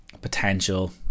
potential